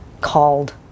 called